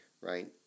right